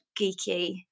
geeky